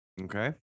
Okay